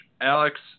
Alex